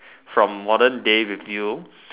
from modern day with you